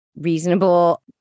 reasonable